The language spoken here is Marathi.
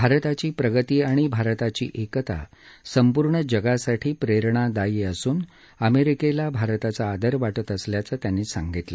भारताची प्रगती आणि भारताची एकता संपूर्ण जगासाठी प्रेरणादायी असून अमेरिकेला भारताचा आदर वाटत असल्याचं ते म्हणाले